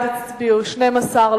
בעד הצביעו 12,